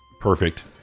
Perfect